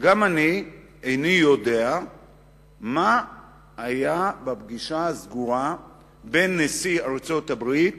גם אני איני יודע מה היה בפגישה הסגורה בין נשיא ארצות-הברית